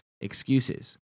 excuses